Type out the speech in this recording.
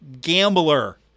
gambler